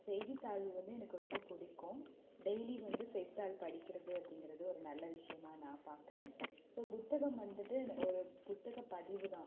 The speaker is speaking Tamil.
செய்தித்தாள் வந்து எனக்கு ரொம்ப பிடிக்கும் டெய்லி வந்து செய்தித்தாள் படிக்கிறது அப்படிங்கிறது ஒரு நல்ல விஷயமா நான் பார்க்கறேன் இப்போ புத்தகம் வந்துட்டு ஒரு புத்தக பதிவு தான்